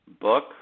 Book